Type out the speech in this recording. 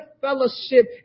fellowship